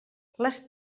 les